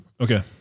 Okay